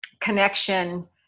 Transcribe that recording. connection